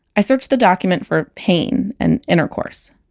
i search the document for pain and intercourse,